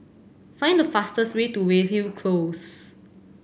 find the fastest way to Weyhill Close